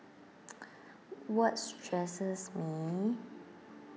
what stresses me